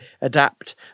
adapt